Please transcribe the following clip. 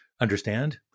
understand